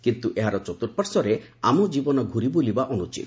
କିନ୍ତୁ ଏହାର ଚର୍ତୁପାର୍ଶ୍ୱରେ ଆମ ଜୀବନ ଘୁରିବୁଲିବା ଅନୁଚିତ